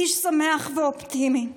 איש שמח ואופטימי.